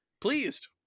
pleased